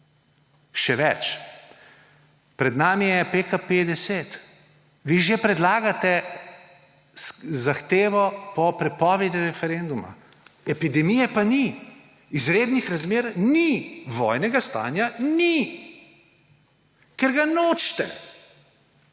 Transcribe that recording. Še več, pred nami je PKP 10. Vi že predlagate zahtevo po prepovedi referenduma, epidemije pa ni, izrednih razmer ni, vojnega stanja ni, ker ga nočete.